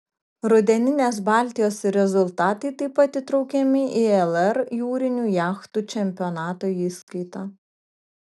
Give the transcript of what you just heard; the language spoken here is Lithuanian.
rudeninės baltijos rezultatai taip pat įtraukiami į lr jūrinių jachtų čempionato įskaitą